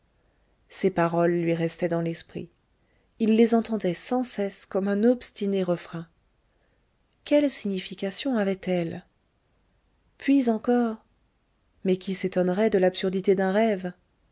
ces paroles lui restaient dans l'esprit il les entendait sans cesse comme un obstiné refrain quelle signification avaient-elles puis encore mais qui s'étonnerait de l'absurdité d'un rêve